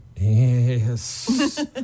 Yes